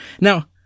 now